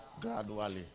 gradually